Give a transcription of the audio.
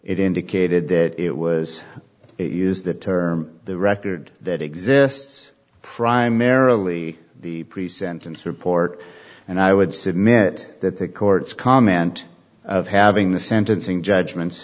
it indicated that it was used the term the record that exists primarily the pre sentence report and i would submit that the court's comment of having the sentencing judgments